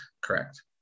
correct